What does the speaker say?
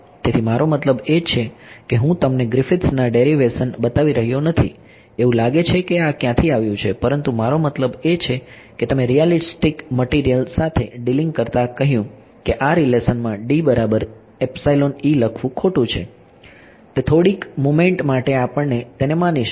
તેથી મારો મતલબ એ છે કે હું તમને ગ્રિફિથ્સમાંથી ડેરીવેશન બતાવી રહ્યો નથી એવું લાગે છે કે આ ક્યાંથી આવ્યું છે પરંતુ મારો મતલબ એ છે કે તમે રીયાલીસ્ટીક મટીરીયલ સાથે ડીલીંગ કરતા કહ્યું કે આ રીલેશનમાં લખવું ખોટું છે તે થોડીક મુમેન્ટ માટે આપણે તેને માનીશું